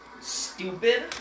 stupid